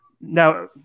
Now